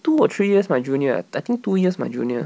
two or three years my junior I I think two years my junior